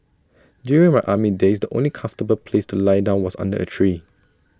during my army days the only comfortable place to lie down was under A tree